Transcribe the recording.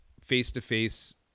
face-to-face